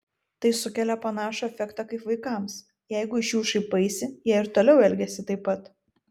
tai sukelia panašų efektą kaip vaikams jeigu iš jų šaipaisi jie ir toliau elgiasi taip pat